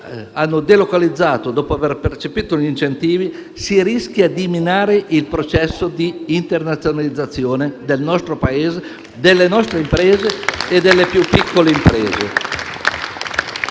hanno delocalizzato dopo aver percepito gli incentivi, si rischia di minare il processo di internazionalizzazione del nostro Paese, delle nostre imprese e delle più piccole imprese.